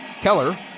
Keller